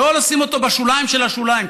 ולא לשים אותו בשוליים של השוליים,